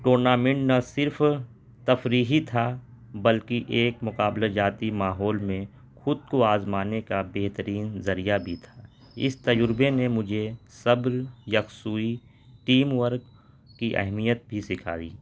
tournament نہ صرف تفریحی تھا بلکہ ایک مقابلہ جاتی ماحول میں خود کو آزمانے کا بہترین ذریعہ بھی تھا اس تجربے نے مجھے صبر یکسوئی ٹیم ورک کی اہمیت بھی سکھائی